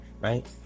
right